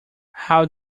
how